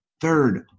Third